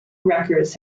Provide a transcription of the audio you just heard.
wreckers